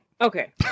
Okay